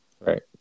Right